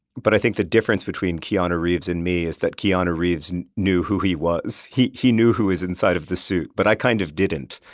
but i think the difference between keanu reeves and me is that keanu reeves and knew who he was. he he knew who was inside of the suit but i kind of didn't